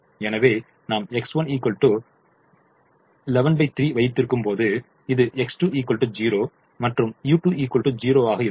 எனவே நாம் X1 113 வைத்திருக்கும்போது இது X2 0 மற்றும் u2 0 ஆக இருக்கும்